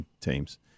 teams